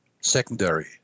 secondary